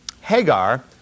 Hagar